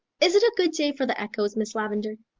is it a good day for the echoes, miss lavendar?